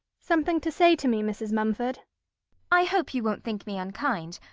something to say to me, mrs. mumford i hope you won't think me unkind.